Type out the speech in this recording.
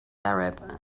arab